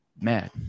mad